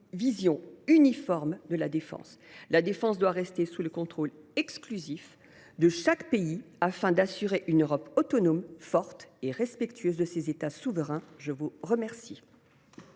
vision uniforme de la défense. La défense doit rester sous le contrôle exclusif de chaque pays, afin d’assurer une Europe autonome, forte et respectueuse de ses États souverains. La parole